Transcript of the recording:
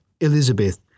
Elizabeth